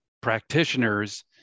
practitioners